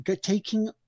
taking